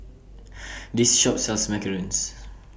This Shop sells Macarons